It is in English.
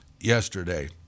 yesterday